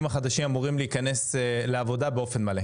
החדשים אמורים להיכנס לעבודה באופן מלא?